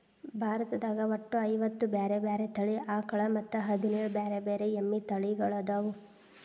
ಭಾರತದಾಗ ಒಟ್ಟ ಐವತ್ತ ಬ್ಯಾರೆ ಬ್ಯಾರೆ ತಳಿ ಆಕಳ ಮತ್ತ್ ಹದಿನೇಳ್ ಬ್ಯಾರೆ ಬ್ಯಾರೆ ಎಮ್ಮಿ ತಳಿಗೊಳ್ಅದಾವ